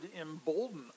embolden